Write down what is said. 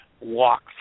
walk